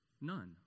none